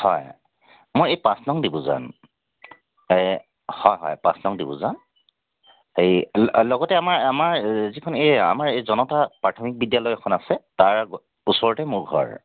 হয় মই এই পাঁচ নং ডিবুজান এই হয় হয় পাঁচ নং ডিবুজান সেই লগতে আমাৰ আমাৰ যিখন এই আমাৰ এই জনতা প্ৰাথমিক বিদ্যালয়খন আছে তাৰ ওচৰতে মোৰ ঘৰ